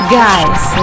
guys